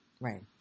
Right